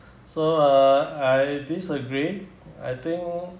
so uh I disagree I think